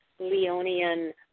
Leonian